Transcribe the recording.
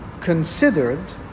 considered